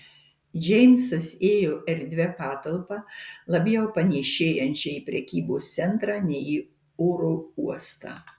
džeimsas ėjo erdvia patalpa labiau panėšėjančia į prekybos centrą nei į oro uostą